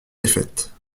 défaites